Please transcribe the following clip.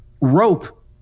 Rope